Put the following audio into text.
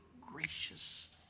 gracious